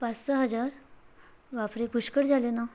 pass सहा हजार बापरे पुष्कळ झाले ना